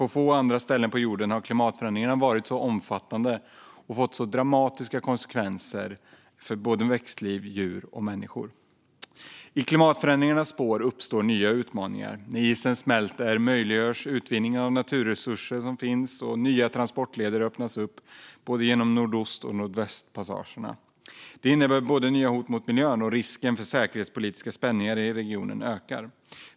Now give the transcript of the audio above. På få andra ställen på jorden har klimatförändringarna varit så omfattande och fått så dramatiska konsekvenser för såväl växtliv och djur som människor. I klimatförändringarnas spår uppstår nya utmaningar. När isen smälter möjliggörs utvinning av de naturresurser som finns, och nya transportleder öppnas upp genom både Nordostpassagen och Nordvästpassagen. Det innebär nya hot mot miljön och att risken för säkerhetspolitiska spänningar i regionen ökar.